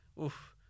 oof